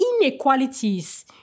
inequalities